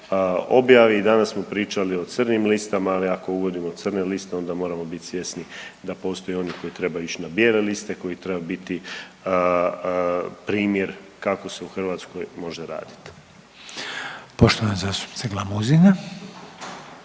objavi i danas smo pričali o crnim listama, ali ako uvodimo crne liste onda moramo biti svjesni da postoje i oni koji trebaju ići na bijele liste, koji trebaju biti primjer kako se u Hrvatskoj može raditi. **Reiner, Željko